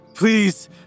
Please